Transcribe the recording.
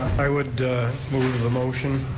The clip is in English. i would move the motion.